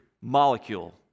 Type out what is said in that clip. molecule